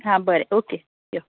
हां बरें ऑके यो